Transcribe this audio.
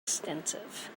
extensive